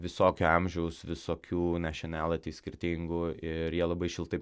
visokio amžiaus visokių našionality skirtingų ir jie labai šiltai